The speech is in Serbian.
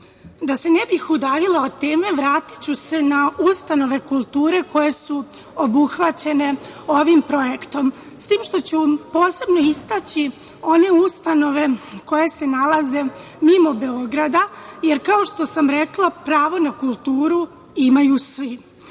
se ne bih udaljila od teme, vratiću se na ustanove kulture koje su obuhvaćene ovim projektom, s tim što ću posebno istaći one ustanove koje se nalaze mimo Beograda, jer kao što sam rekla – pravo na kulturu imaju svi.